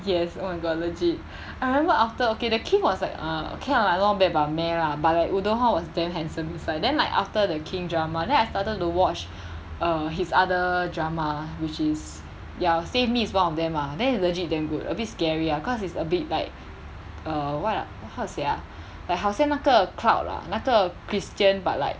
yes oh my god legit I remember after okay the king was like err okay lah like not bad but meh lah but woo do hwan was damn handsome inside then like after the king drama then I started to watch err his other drama which is ya save me is one of them ah then it's legit damn good a bit scary lah cause it's a bit like err what ah how to say ah like 好像那个 cult 那个 christian but like